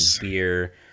beer